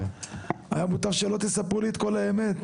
היה מוטב שלא תספרו לי את כל האמת,